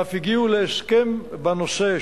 ואף הגיעו להסכם בנושא,